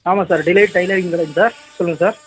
ஆமாம் சார் டிலே டைலரிங்தானுங்க சார் சொல்லுங்க சார்